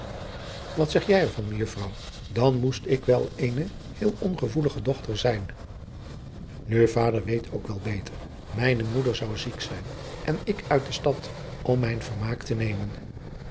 wat zegt gij er van mejuffrouw dan moest ik wel eene heel ongevoelige dochter zijn nu vader weet ook wel beter mijne moeder zou ziek zijn en ik uit de adriaan loosjes pzn het leven van hillegonda buisman stad om mijn vermaak te nemen